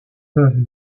peuvent